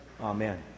Amen